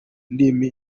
ndimi